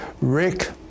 Rick